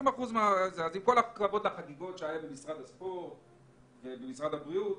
עם כל הכבוד לחגיגות שהיו במשרד הספורט ובמשרד הבריאות,